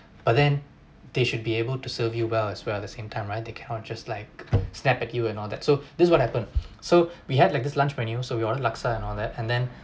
but then they should be able to serve you well as well the same time right they cannot just like snap at you and all that so this what happened so we had like this lunch menu so we ordered laksa and all that and then